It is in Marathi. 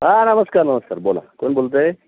हां नमस्कार नमस्कार बोला कोण बोलतं आहे